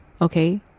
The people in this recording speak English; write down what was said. okay